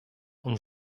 und